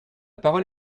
parole